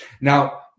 Now